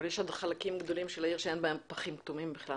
אבל יש עוד חלקים גדולים של העיר שאין בהם פחים כתומים בכלל.